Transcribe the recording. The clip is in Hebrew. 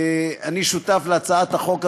אני שותף להצעת החוק הזאת,